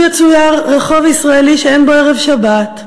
לו יצויר רחוב ישראלי שאין בו ערב שבת,